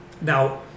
Now